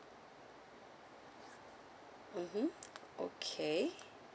mmhmm okay